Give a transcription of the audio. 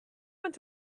went